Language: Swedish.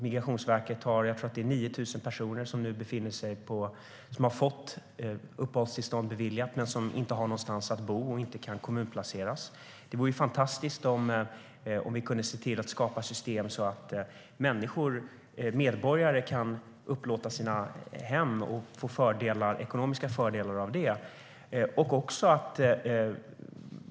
Migrationsverket har omkring 9 000 personer som har fått uppehållstillstånd beviljat men som inte har någonstans att bo och som inte kan kommunplaceras. Det vore fantastiskt om vi kunde skapa ett system så att medborgare kan upplåta sina hem och få ekonomiska fördelar av det.